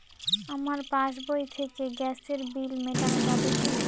আমার পাসবই থেকে গ্যাসের বিল মেটানো যাবে কি?